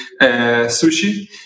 sushi